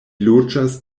loĝas